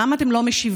למה אתם לא משיבים?